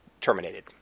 terminated